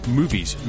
movies